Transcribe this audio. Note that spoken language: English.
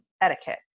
etiquette